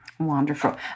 Wonderful